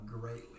greatly